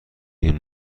این